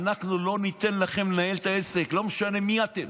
אנחנו לא ניתן לכם לנהל את העסק, לא משנה מי אתם.